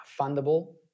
fundable